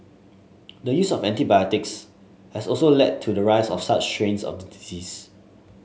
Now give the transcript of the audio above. the use of antibiotics has also led to the rise of such strains of the disease